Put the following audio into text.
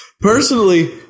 Personally